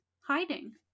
hiding